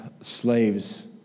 slaves